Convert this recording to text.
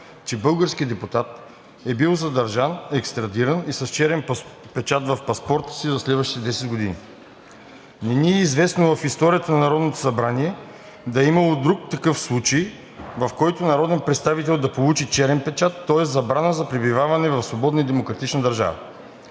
че български депутат е бил задържан, екстрадиран и е с черен печат в паспорта си за следващите 10 години. Не ни е известно в историята на Народното събрание да е имало друг такъв случай, в който народен представител да получи черен печат, тоест забрана за пребиваване в свободна и демократична държава.